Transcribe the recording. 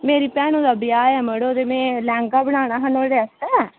मेरी भैनूं दा ब्याह ऐ मड़ो ते में लैह्ंगा बनाना हा नुआढ़े आस्तै